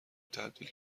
تبدیل